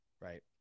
right